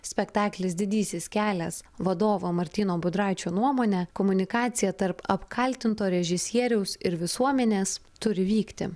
spektaklis didysis kelias vadovo martyno budraičio nuomone komunikacija tarp apkaltinto režisieriaus ir visuomenės turi vykti